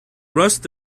rust